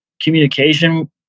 communication